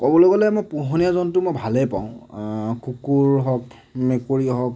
ক'বলৈ গ'লে মই পোহনীয়া জন্তু মই ভালেই পাওঁ কুকুৰ হওক মেকুৰীয়ে হওক